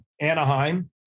Anaheim